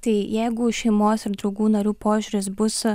tai jeigu šeimos ir draugų narių požiūris bus